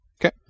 Okay